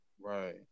Right